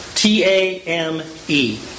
T-A-M-E